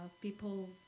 people